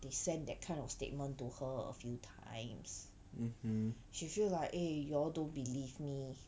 mmhmm